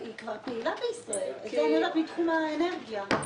היא כבר פעילה בישראל בתחום האנרגיה.